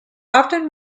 often